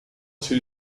two